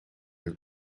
het